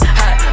hot